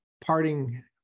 parting